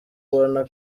ubona